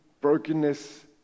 brokenness